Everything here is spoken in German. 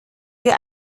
wir